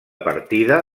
partida